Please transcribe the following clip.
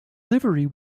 livery